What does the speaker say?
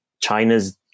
China's